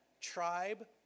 tribe